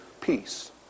peace